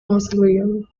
mausoleum